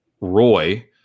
Roy